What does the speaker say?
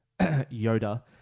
Yoda